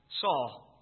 Saul